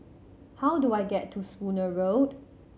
how do I get to Spooner Road